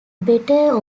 better